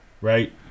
right